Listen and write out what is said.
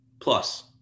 plus